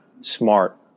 Smart